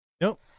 Nope